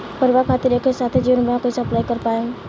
परिवार खातिर एके साथे जीवन बीमा कैसे अप्लाई कर पाएम?